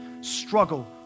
struggle